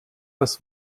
das